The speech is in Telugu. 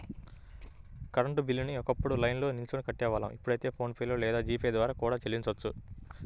కరెంట్ బిల్లుని ఒకప్పుడు లైన్లో నిల్చొని కట్టేవాళ్ళం ఇప్పుడైతే ఫోన్ పే లేదా జీ పే ద్వారా కూడా చెల్లించొచ్చు